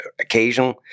occasional